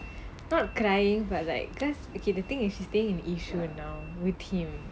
not crying but like because okay the thing is she's staying in yishun now with him